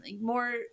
more